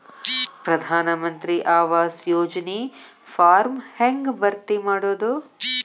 ಪ್ರಧಾನ ಮಂತ್ರಿ ಆವಾಸ್ ಯೋಜನಿ ಫಾರ್ಮ್ ಹೆಂಗ್ ಭರ್ತಿ ಮಾಡೋದು?